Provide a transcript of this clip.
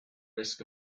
risk